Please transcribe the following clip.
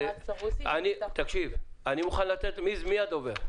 מי הדובר?